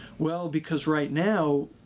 well, because right now,